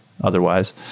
otherwise